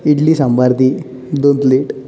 इडली सांबार दोन प्लेट